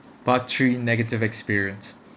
part three negative experience